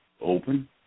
open